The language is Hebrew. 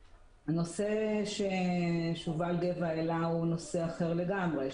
הנושא ששובל גבע העלה הוא נושא אחר לגמרי,